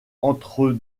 entre